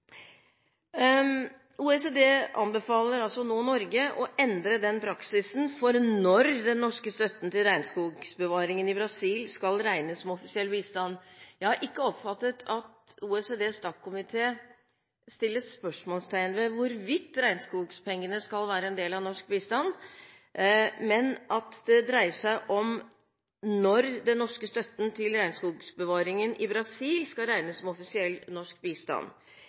OECD anbefaler nå Norge å endre praksisen for når den norske støtten til regnskogbevaringen i Brasil skal regnes som offisiell bistand. Jeg har ikke oppfattet at OECDs DAC-komité setter spørsmålstegn ved hvorvidt regnskogpengene skal være en del av norsk bistand, men at det dreier seg om når den norske støtten til regnskogbevaringen i Brasil skal regnes som offisiell norsk bistand.